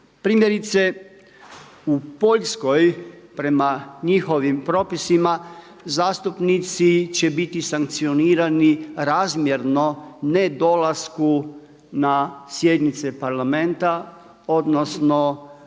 Primjerice u Poljskoj prema njihovim propisima, zastupnici će biti sankcionirani razmjerno ne dolasku na sjednice Parlamenta odnosno